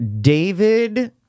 David